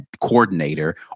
coordinator